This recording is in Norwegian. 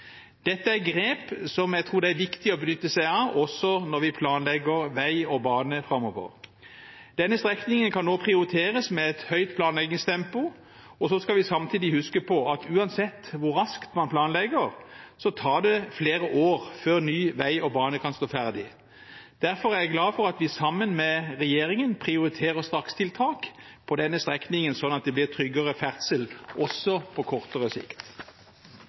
Dette er grep som jeg tror det er viktig å benytte seg av, også når vi planlegger vei og bane framover. Denne strekningen kan nå prioriteres med et høyt planleggingstempo. Så skal vi samtidig huske på at uansett hvor raskt man planlegger, tar det flere år før ny vei og bane kan stå ferdig. Derfor er jeg glad for at vi sammen med regjeringen prioriterer strakstiltak på denne strekningen, slik at det blir tryggere ferdsel også på kortere sikt.